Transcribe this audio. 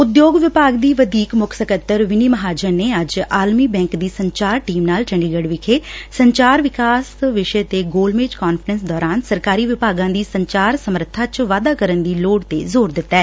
ਉਦਯੋਗ ਵਿਭਾਗ ਦੀ ਵਧੀਕ ਮੁੱਖ ਸਕੱਤਰ ਵਿੰਨੀ ਮਹਾਜਨ ਨੇ ਅੱਜ ਆਲਮੀ ਬੈਂਕ ਦੀ ਸੰਚਾਰ ਟੀਮ ਨਾਲ ਚੰਡੀਗੜ ਵਿਖੇ ਸੰਚਾਰ ਵਿਕਾਸ ਵਿਸ਼ੇ ਤੇ ਗੋਲਮੇਜ਼ ਕਾਨਫਰੰਸ ਦੌਰਾਨ ਸਰਕਾਰੀ ਵਿਭਾਗਾਂ ਦੀ ਸੰਚਾਰ ਸਮੱਰਬਾ ਚ ਵਾਧਾ ਕਰਨ ਦੀ ਲੋੜ ਤੇ ਜ਼ੋਰ ਦਿਂਤੈ